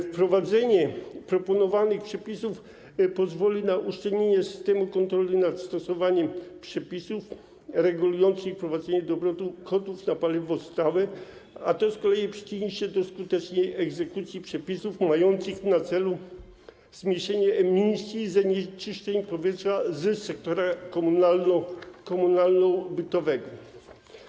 Wprowadzenie proponowanych przepisów pozwoli na uszczelnienie systemu kontroli nad stosowaniem przepisów regulujących wprowadzanie do obrotu kotłów na paliwo stałe, a to z kolei przyczyni się do skutecznej egzekucji przepisów mających na celu zmniejszenie emisji zanieczyszczeń powietrza z sektora komunalno-bytowego.